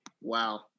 wow